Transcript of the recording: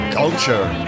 culture